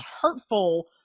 hurtful